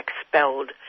expelled